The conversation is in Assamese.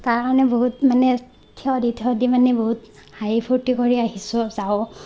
তাৰ কাৰণে বহুত মানে থিয় দি থিয় দি মানে বহুত হাঁহি ফূৰ্তি কৰি আহিছোঁ যাওঁ